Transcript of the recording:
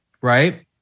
right